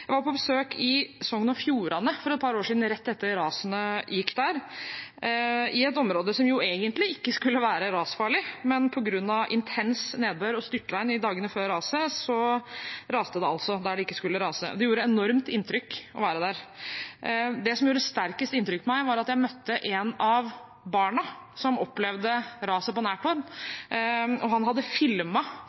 Jeg var på besøk i Sogn og Fjordane for et par år siden, rett etter at rasene gikk – i et område som egentlig ikke skulle være rasfarlig, men på grunn av intens nedbør og styrtregn i dagene før raset, raste det altså der det ikke skulle rase. Det gjorde enormt inntrykk å være der. Det som gjorde sterkest inntrykk på meg, var at jeg møtte et av barna som opplevde raset på nært hold. Han hadde